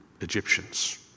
Egyptians